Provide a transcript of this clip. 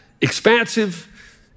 expansive